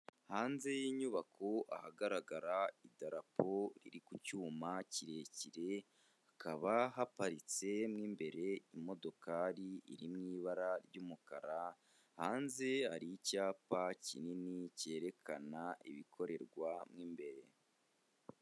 Hanze y'inyubako ahagaragara idarapo riri ku cyuma kirekire, hakaba haparitse mo mbere imodokari iri ibara ry'umukara, hanze hari icyapa kinini cyerekana ibikorerwa mu imbere.